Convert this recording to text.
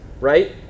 right